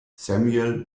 samuel